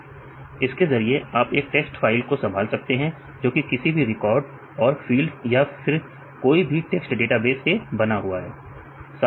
इसके जरिए आप एक टेक्स्ट फाइल को संभाल सकते हैं जो कि किसी भी रिकॉर्ड और फील्ड या फिर कोई भी टेक्स्ट डेटाबेस से बना हुआ है